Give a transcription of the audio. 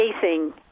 facing